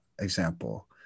example